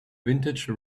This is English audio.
vintage